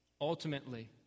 Ultimately